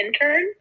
intern